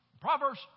Proverbs